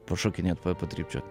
pašokinėt pa patrypčiot